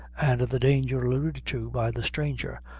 and the danger alluded to by the stranger,